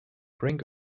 brink